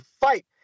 fight